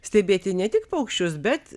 stebėti ne tik paukščius bet